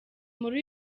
muri